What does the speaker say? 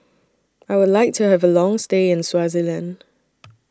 I Would like to Have A Long stay in Swaziland